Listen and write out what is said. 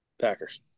Packers